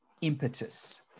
impetus